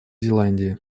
зеландии